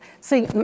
See